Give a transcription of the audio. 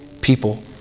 people